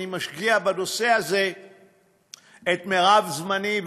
אני משקיע בנושא הזה את מרב זמני,